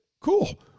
cool